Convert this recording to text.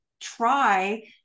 try